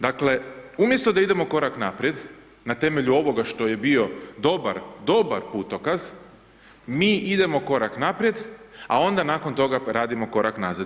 Dakle, umjesto da idemo korak naprijed na temelju ovoga što je bio dobar, dobar putokaz, mi idemo korak naprijed, a onda nakon toga radimo korak nazad.